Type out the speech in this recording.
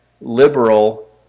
Liberal